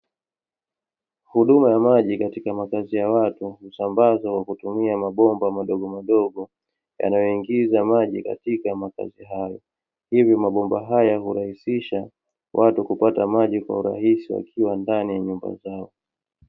Huduma ya maji katika makazi ya watu husambazwa kwa kutumia mabomba madogo madogo yanayoiingiza maji katika makazi hayo. Hivyo mabomba haya hurahisisha watu kupata maji kwa urahisi wakiwa ndani ya nyumba zao.